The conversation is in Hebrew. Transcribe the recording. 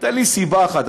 תן לי סיבה אחת.